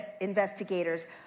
investigators